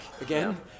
again